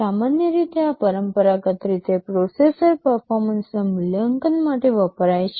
સામાન્ય રીતે આ પરંપરાગત રીતે પ્રોસેસર પર્ફોર્મન્સના મૂલ્યાંકન માટે વપરાય છે